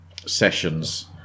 sessions